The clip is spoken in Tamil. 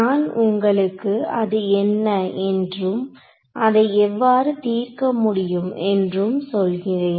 நான் உங்களுக்கு அது என்ன என்றும் அதை எவ்வாறு தீர்க்க முடியும் என்றும் சொல்கிறேன்